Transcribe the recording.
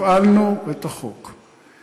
הפעלנו את החוק.